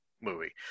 movie